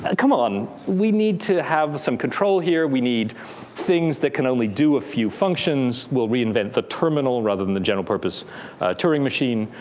ah come on, we need to have some control here. we need things that can only do a few functions. we'll reinvent the terminal rather than the general purpose touring machine.